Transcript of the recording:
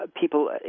people